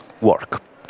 work